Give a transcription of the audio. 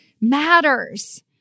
matters